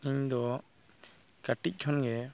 ᱤᱧᱫᱚ ᱠᱟᱹᱴᱤᱡ ᱠᱷᱚᱱ ᱜᱮ